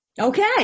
Okay